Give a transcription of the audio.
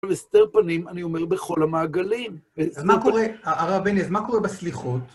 הסתר פנים, אני אומר, בכל המעגלים. אז מה קורה, הרב בני, אז מה קורה בסליחות?